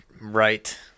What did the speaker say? right